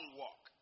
walk